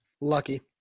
Lucky